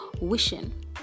wishing